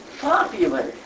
popular